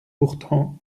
pourtant